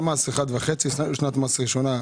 קל וחומר כשאנו רואים שהמיצוי מאוד נמוך.